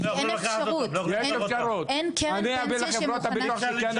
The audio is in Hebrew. אין קרן פנסיה שמוכנה.